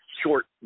short